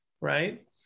right